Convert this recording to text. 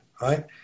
right